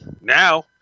Now